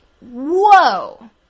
whoa